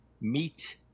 Meet